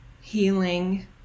healing